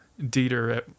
Dieter